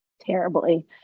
terribly